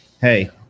hey